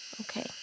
Okay